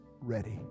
ready